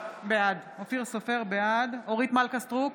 בעד אורית מלכה סטרוק,